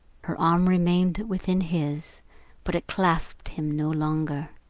her arm remained within his but it clasped him no longer.